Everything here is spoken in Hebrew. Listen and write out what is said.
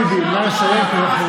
חבר הכנסת טיבי, נא לסיים.